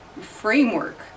framework